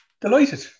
delighted